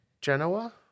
Genoa